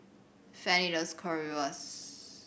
Fannie loves Currywurst